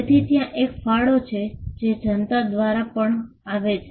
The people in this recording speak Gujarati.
તેથી ત્યાં એક ફાળો છે જે જનતા દ્વારા પણ આવે છે